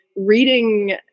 reading